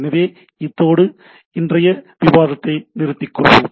எனவே இதனோடு இன்றைய விவாதத்தை நிறுத்திக்கொள்வோம்